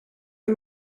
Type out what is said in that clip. est